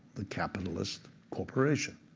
the capitalist corporation.